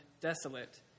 desolate